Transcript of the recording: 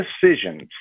decisions